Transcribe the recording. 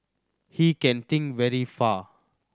he can think very far